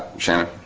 shannon